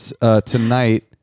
Tonight